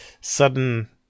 sudden